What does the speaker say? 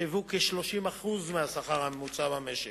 שהיוו כ-30% מהשכר הממוצע במשק.